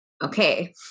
Okay